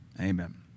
Amen